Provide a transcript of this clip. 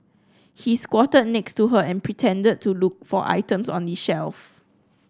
he squatted next to her and pretended to look for items on the shelf